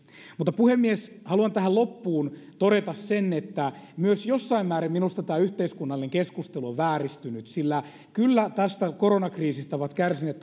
puhemies haluan tähän loppuun todeta sen että jossain määrin myös minusta tämä yhteiskunnallinen keskustelu on vääristynyt sillä kyllä tästä koronakriisistä ovat kärsineet